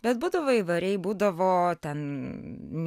bet būdavo įvairiai būdavo ten